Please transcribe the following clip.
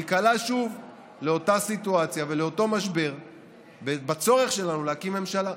ניקלע שוב לאותה סיטואציה ולאותו משבר בצורך שלנו להקים ממשלה.